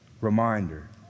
reminder